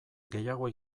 gehiago